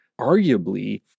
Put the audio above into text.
arguably